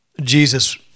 Jesus